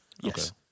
Yes